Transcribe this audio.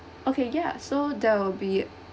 okay ya so there will be